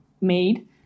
made